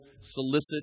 solicit